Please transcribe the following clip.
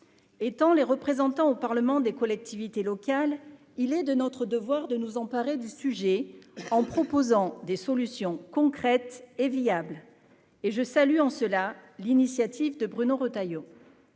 étant les représentants au Parlement des collectivités locales, il est de notre devoir de nous emparer du sujet en proposant des solutions concrètes et viable et je salue en cela l'initiative de Bruno Retailleau,